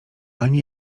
ani